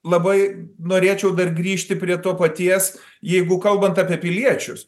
labai norėčiau dar grįžti prie to paties jeigu kalbant apie piliečius